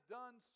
done